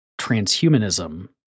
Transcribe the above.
transhumanism